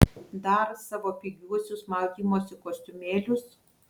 dar savo pigiuosius maudymosi kostiumėlius